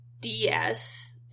DS